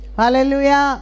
Hallelujah